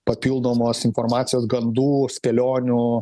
papildomos informacijos gandų spėlionių